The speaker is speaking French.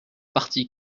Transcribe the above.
partie